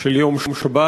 של יום שבת.